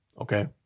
Okay